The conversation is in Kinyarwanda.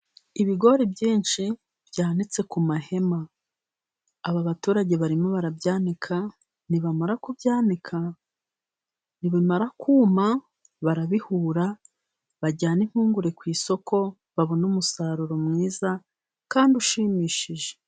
Ibigori byinshi byanitse ku mahema, aba baturage barimo barabyanika, nibamara kubyanika, nibimara kuma barabihura bajyane impungure ku isoko babone umusaruro mwiza kandi ushimishije.